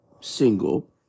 single